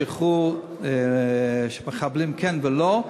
שחרור מחבלים כן ולא,